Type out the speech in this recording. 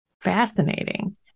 Fascinating